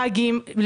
באגים,